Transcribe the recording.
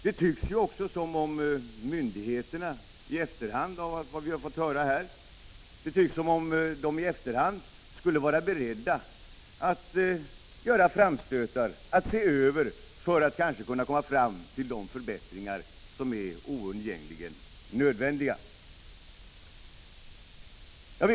Det tycks ju också som om myndigheterna i efterhand — att döma av vad vi har fått höra här — skulle vara beredda att göra framstötar, att se över reglerna för att kanske kunna komma fram till de förbättringar som är oundgängligen nödvändiga.